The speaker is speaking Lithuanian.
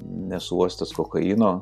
nesu uostęs kokaino